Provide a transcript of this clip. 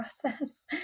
process